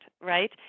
right